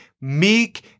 meek